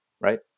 right